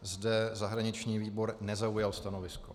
Zde zahraniční výbor nezaujal stanovisko.